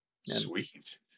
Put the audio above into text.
Sweet